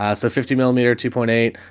ah so fifty millimeter, two point eight,